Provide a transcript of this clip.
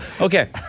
Okay